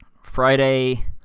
Friday